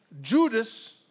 Judas